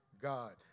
God